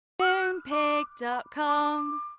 Moonpig.com